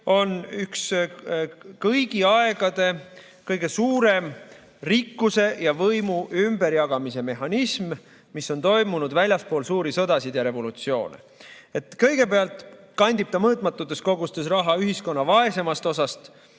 on üks kõigi aegade kõige suurem rikkuse ja võimu ümberjagamise mehhanism, mis on toimunud väljaspool suuri sõdasid ja revolutsioone. Kõigepealt kandib ta mõõtmatutes kogustes raha ühiskonna vaesemast osast